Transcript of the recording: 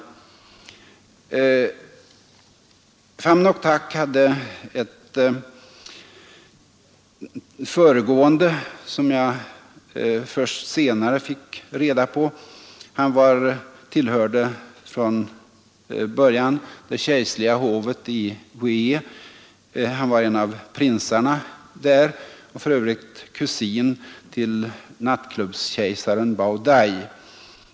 Pham Ngoc Thach hade ett föregående som jag först senare fick reda på. Han tillhörde från början det kejserliga hovet i Hué. Han var en av prinsarna där, för övrigt kusin till nattklubbskejsaren Bao Dai.